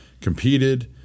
Competed